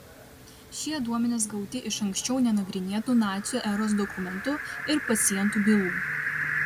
šie duomenys gauti iš anksčiau nenagrinėtų nacių eros dokumentų ir pacientų bylų